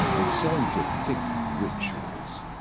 and so do thick rituals.